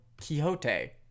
Quixote